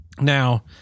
now